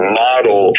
model